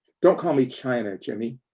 don't call me china, jimmy.